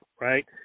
right